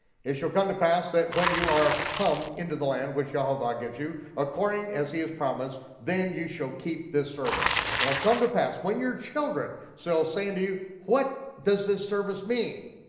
it shall come to pass that when you are come into the land which yehovah gives you according as he has promised, then you shall keep this service, and it'll come to pass when your children shall say unto you, what does this service mean?